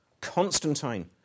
Constantine